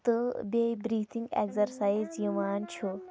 تہٕ بیٚیہِ breathing exercise یِوان چھُ